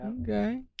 Okay